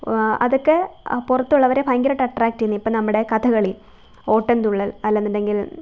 അതൊക്കെ പുറത്തുള്ളവരെ ഭയങ്കരമായിട്ട് അട്രാക്റ്റെയ്യുന്നു ഇപ്പോള് നമ്മുടെ കഥകളി ഓട്ടംതുള്ളൽ അല്ലെന്നുണ്ടെങ്കിൽ